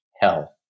hell